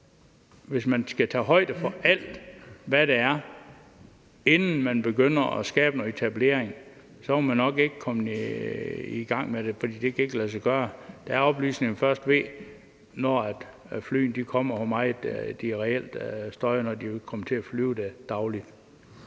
hvis man skulle tage højde for alt, hvad der er, inden man begynder at skabe noget etablering, så var man nok ikke kommet i gang med det, for det kan ikke lade sig gøre. Der er oplysninger, vi først kender, i forhold til hvor meget flyene reelt støjer, når de kan komme til at flyve dagligt.